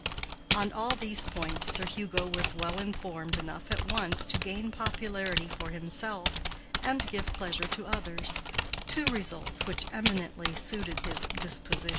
on all these points sir hugo was well informed enough at once to gain popularity for himself and give pleasure to others two results which eminently suited his disposition.